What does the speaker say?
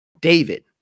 David